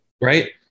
Right